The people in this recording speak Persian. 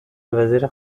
وزیر